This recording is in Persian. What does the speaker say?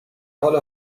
حال